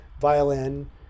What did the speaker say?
violin